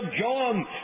John